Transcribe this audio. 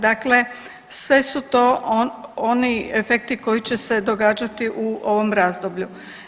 Dakle, sve su to oni efekti koji će se događati u ovom razdoblju.